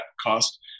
cost